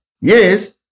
Yes